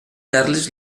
carles